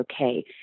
okay